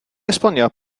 esbonio